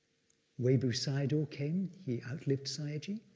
webu sayadaw came, he outlived sayagyi,